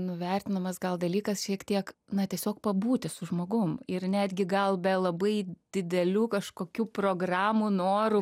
nuvertinimas gal dalykas šiek tiek na tiesiog pabūti su žmogum ir netgi gal be labai didelių kažkokių programų norų